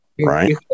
Right